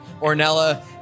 Ornella